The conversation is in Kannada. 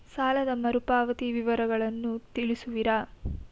ಸಾಲದ ಮರುಪಾವತಿ ವಿವರಗಳನ್ನು ತಿಳಿಸುವಿರಾ?